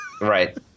Right